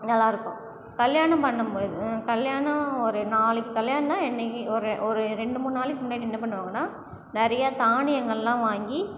நல்லாருக்கும் கல்யாணம் பண்ணும்போது கல்யாணம் ஒரு நாளைக்கு கல்யாணம்னா இன்னைக்கு ஒரு ஒரு ரெண்டு மூணு நாளைக்கு முன்னாடி என்ன பண்ணுவாங்கன்னா நிறையா தானியங்கள்லாம் வாங்கி